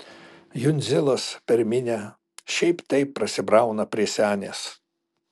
jundzilas per minią šiaip taip prasibrauna prie senės